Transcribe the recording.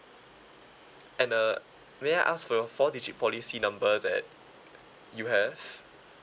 and uh may I ask for your four digit policy number that you have